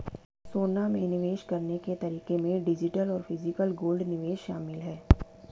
सोना में निवेश करने के तरीके में डिजिटल और फिजिकल गोल्ड निवेश शामिल है